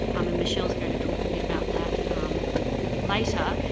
um and michelle's going to talk a bit about that a bit later.